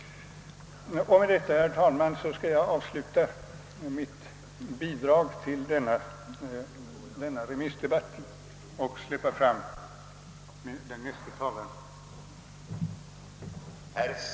Herr talman! Med det anförda skall jag avsluta mitt bidrag till denna remissdebatt och ge plats åt näste talare.